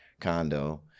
condo